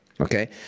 Okay